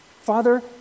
Father